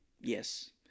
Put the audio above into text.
yes